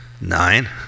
Nine